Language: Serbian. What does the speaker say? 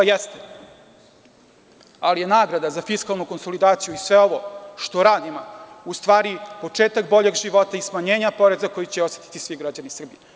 Jeste, ali je nagrada za fiskalnu konsolidaciju i sve ovo što radimo, u stvari početak boljeg života i smanjenja poreza koji će osetiti svi građani Srbije.